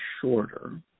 shorter